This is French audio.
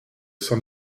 s’en